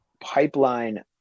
pipeline